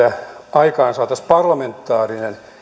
aikaansaataisiin parlamentaarinen